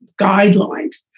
guidelines